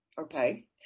Okay